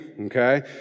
okay